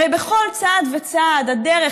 הרי בכל צעד וצעד הדרך,